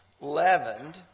leavened